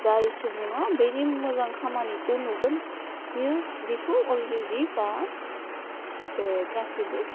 जाय सुबुङा बेनि मोजां खामानिखौ नुगोन बियो बिखौ अलरिडि बा गासिबो